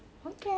saya tak bosan